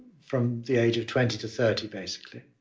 from the age of twenty to thirty, basically.